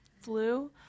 flu